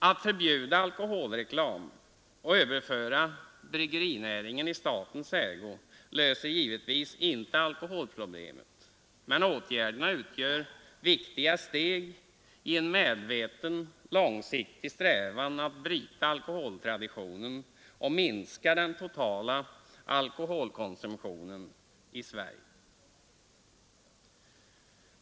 Att förbjuda alkoholreklam och överföra bryggerinäringen i statens ägo löser givetvis inte alkoholproblemet, men åtgärderna utgör viktiga steg i en medveten långsiktig strävan att bryta alkoholtraditionen och minska den totala alkoholkonsumtionen i Sverige.